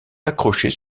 accrochée